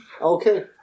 Okay